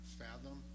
fathom